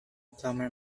plummer